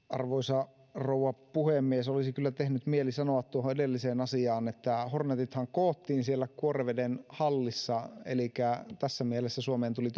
arvoisa rouva puhemies olisi kyllä tehnyt mieli sanoa tuohon edelliseen asiaan että hornetithan koottiin siellä kuoreveden hallissa elikkä tässä mielessä suomeen tuli